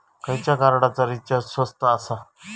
खयच्या कार्डचा रिचार्ज स्वस्त आसा?